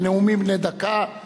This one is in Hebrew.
בנאומים בני דקה.